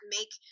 Make